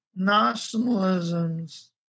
nationalisms